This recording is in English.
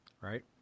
right